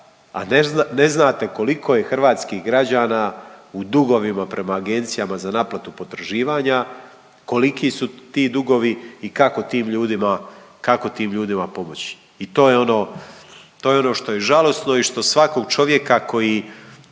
a ne znate koliko je hrvatskih građana u dugovima prema Agencijama za naplatu potraživanja koliki su ti dugovi i kako tim ljudima pomoći. I to je ono što je žalosno i što svakog čovjeka koji